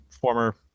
former